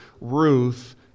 Ruth